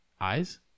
eyes